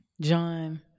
John